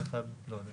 זה אחד ולא יודע.